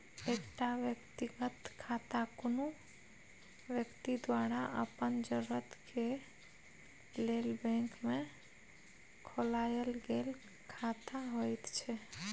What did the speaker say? एकटा व्यक्तिगत खाता कुनु व्यक्ति द्वारा अपन जरूरत के लेल बैंक में खोलायल गेल खाता होइत छै